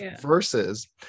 versus